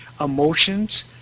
emotions